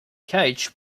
coach